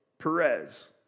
Perez